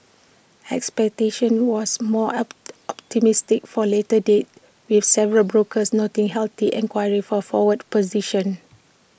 expectation was more up optimistic for later dates with several brokers noting healthy enquiry for forward positions